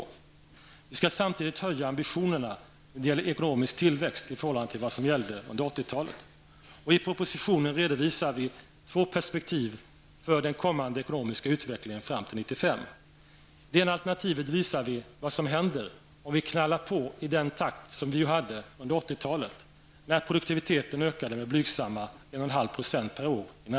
Vi skall samtidigt höja ambitionerna när det gäller ekonomisk tillväxt i förhållande till vad som gällde under 80-talet. I propositionen redovisar vi två perspektiv för den kommande ekonomiska utvecklingen fram till I det ena alternativet visar vi vad som händer om vi knallar på i den takt som vi hade under 80-talet, när produktiviteten i näringslivet ökade med blygsamma 1,5 % per år.